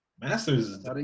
Masters